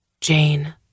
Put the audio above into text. Jane